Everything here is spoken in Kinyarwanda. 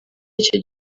icyo